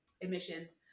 emissions